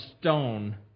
stone